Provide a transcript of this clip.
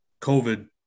COVID